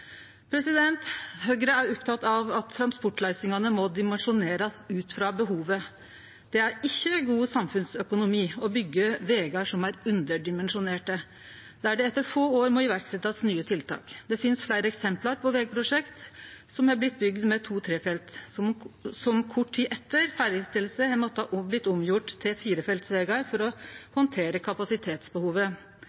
Høgre er oppteke av at transportløysingane må dimensjonerast ut frå behovet. Det er ikkje god samfunnsøkonomi å byggje vegar som er underdimensjonerte, der det etter få år må setjast i verk nye tiltak. Det er fleire eksempel på vegprosjekt som er bygde som to- og trefelts vegar som kort tid etter ferdigstilling har måtta gjerast om til firefelts vegar for å